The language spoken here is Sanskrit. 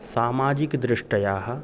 सामाजिकदृष्ट्या